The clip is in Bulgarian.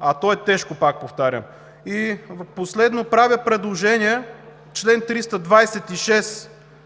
а то е тежко, повтарям. Последно, правя предложение чл. 326